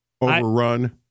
Overrun